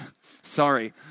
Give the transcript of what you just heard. Sorry